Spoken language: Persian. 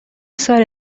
سال